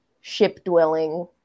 ship-dwelling